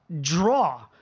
draw